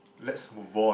let's move on